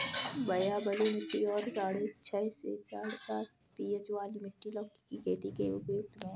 भैया बलुई मिट्टी और साढ़े छह से साढ़े सात पी.एच वाली मिट्टी लौकी की खेती के लिए उपयुक्त है